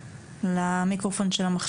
סמיר נמצא איתנו, סמיר